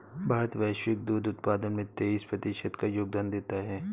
भारत वैश्विक दुग्ध उत्पादन में तेईस प्रतिशत का योगदान देता है